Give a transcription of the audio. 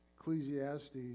Ecclesiastes